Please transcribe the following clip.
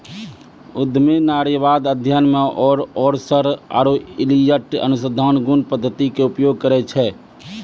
उद्यमी नारीवाद अध्ययन मे ओरसर आरु इलियट अनुसंधान गुण पद्धति के उपयोग करै छै